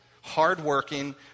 hardworking